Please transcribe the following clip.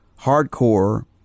hardcore